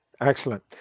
Excellent